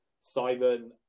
Simon